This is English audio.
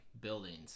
buildings